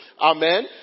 Amen